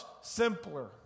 simpler